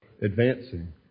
advancing